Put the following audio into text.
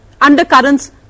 undercurrents